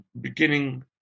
beginning